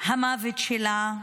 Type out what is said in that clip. המוות שלה.